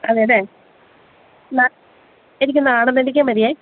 അതേ അല്ലെ എനിക്ക് നാടൻ നെല്ലിക്ക മതി